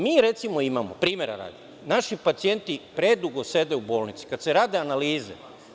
Mi recimo imamo, primera radi, naši pacijenti predugo sede u bolnici kada se rade analize.